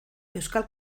euskal